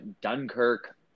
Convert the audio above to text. Dunkirk